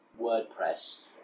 WordPress